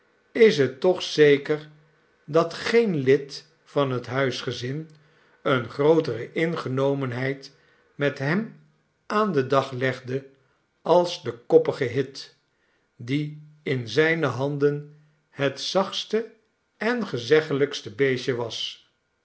is het toch zeker dat geen lid van het huisgezin eerie grootere ingenomenheid met hem aan den dag legde dan de koppige hit die in zijne handen het zachtste en gezeggelijkste beestje was